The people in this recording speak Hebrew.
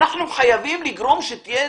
אנחנו חייבים לגרום לכך שתהיה